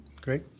Great